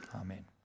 Amen